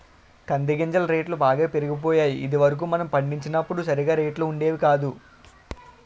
కంది గింజల రేట్లు బాగా పెరిగిపోయాయి ఇది వరకు మనం పండించినప్పుడు సరిగా రేట్లు ఉండేవి కాదు